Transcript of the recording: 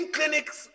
Clinic's